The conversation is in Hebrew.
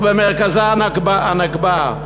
ובמרכזה הנכבה.